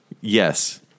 Yes